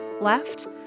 left